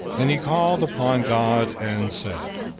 then he called upon god, and said,